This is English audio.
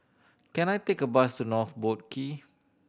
can I take a bus to North Boat Quay